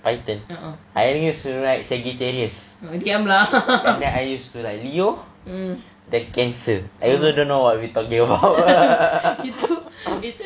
python I only use to like sagittarius and then I used to like leo the cancer I also don't know what we talking about